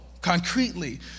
concretely